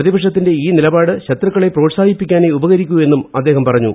പ്രതിപക്ഷത്തിന്റെ ഈ നിലപാട് ശത്രുക്കളെ പ്രോത്സാഹിപ്പിക്കാനേ ഉപകരിക്കൂ എന്നും അദ്ദേഹം പറഞ്ഞു